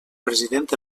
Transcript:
president